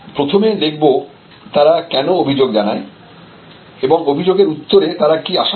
প্রথমে দেখব তারা কেন অভিযোগ জানায় এবং অভিযোগের উত্তরে তারা কি আশা করে